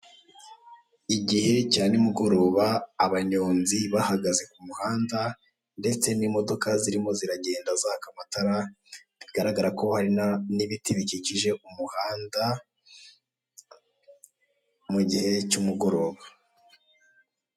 Igihe cya nimugoroba, abanyonzi bahagaze ku muhanda ndetse n'imodoka zirimo ziragenda zaka amatara, bigaragara ko hari n'ibiti bikikije umuhanda mu gihe cy'umugoroba.